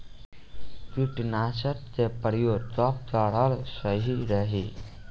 कीटनाशक के प्रयोग कब कराल सही रही?